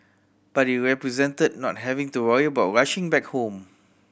but it represented not having to worry about rushing back home